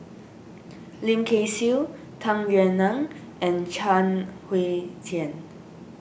Lim Kay Siu Tung Yue Nang and Chuang Hui Tsuan